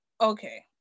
Okay